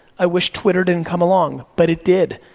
i wish twitter didn't come along, but it did,